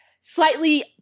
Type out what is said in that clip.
slightly